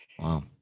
Wow